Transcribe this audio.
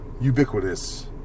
ubiquitous